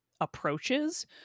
approaches